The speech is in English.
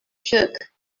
shook